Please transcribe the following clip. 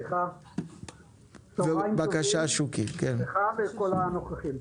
צהרים טובים לך ולכל הנוכחים.